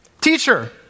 Teacher